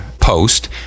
post